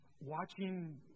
watching